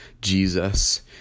Jesus